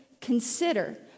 consider